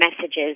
messages